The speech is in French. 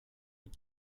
est